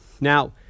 Now